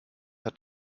hat